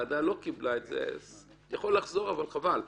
והוועדה לא קיבלה את זה, הוא יכול לחזור אבל חבל.